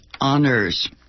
honors